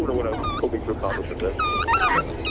what what i was hoping to accomplish with this definitely.